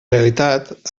realitat